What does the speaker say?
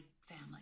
family